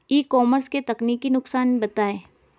ई commerce के तकनीकी नुकसान बताएं?